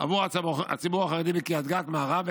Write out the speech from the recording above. עבור הציבור החרדי בקריית גת מערב,